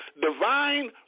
divine